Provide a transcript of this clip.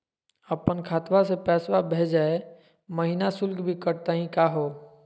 अपन खतवा से पैसवा भेजै महिना शुल्क भी कटतही का हो?